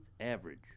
average